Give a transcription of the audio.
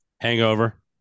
hangover